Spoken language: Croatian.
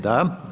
Da.